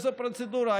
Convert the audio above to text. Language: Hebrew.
איזו פרוצדורה?